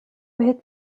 بهت